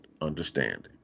understanding